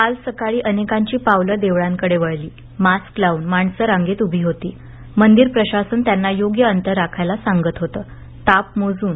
काल सकाळी अनेकांची पावलं देवळांकडे वळली मास्क लावून माणसं रांगेत उभी होती मंदिर प्रशासन त्यांना योग्य अंतर राखायला सांगत होतं ताप मोजून